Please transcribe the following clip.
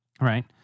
right